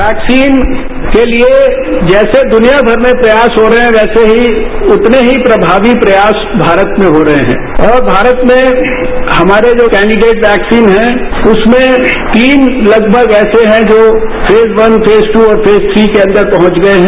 vaccine के लिए जैसे दुनियानर में प्रयास हो रहे हैं वैसे ही उतने ही प्रभावी प्रयास भारत में हो रहे हैं और भारत में हमारे जो कैंडिडेट वैक्सीन हैं उसमें तीन लगभग ऐसे हैं जो फेस वन फेस दू और फेस थ्री के अंदर पहुंच गए हैं